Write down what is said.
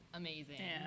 amazing